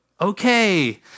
Okay